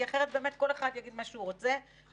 כי אחרת באמת כל אחד יגיד מה שהוא רוצה ויהיו